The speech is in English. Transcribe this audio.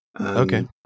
Okay